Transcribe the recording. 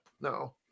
No